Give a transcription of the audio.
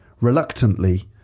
reluctantly